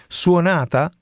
suonata